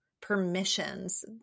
permissions